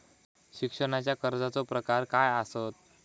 शिक्षणाच्या कर्जाचो प्रकार काय आसत?